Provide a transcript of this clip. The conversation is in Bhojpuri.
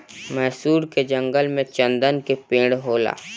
मैसूर के जंगल में चन्दन के पेड़ होला